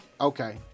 okay